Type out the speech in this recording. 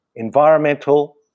environmental